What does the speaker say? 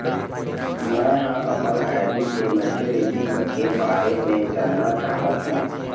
में ह अपन आर.डी के मैच्युरिटी के बारे में जानना चाहथों